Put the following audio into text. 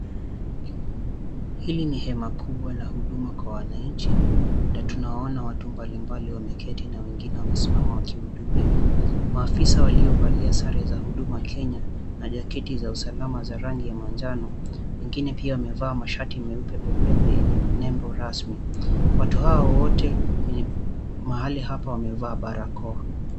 Hilo ni hema kubwa la huduma kwa wananchi na tunaona watu mbalimbali wameketi na wengine wamesimama wakihudumiwa. Maafisa waliovalia sare za Huduma Kenya na jaketi za usalama za rangi ya manjano, wengine pia wamevaa mashati meupe pepepe enye nembo rasmi. Watu hawa wote kwenye mahali hapa wamevaa barakoa.